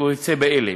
וכיוצא באלה.